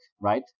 right